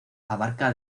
abarca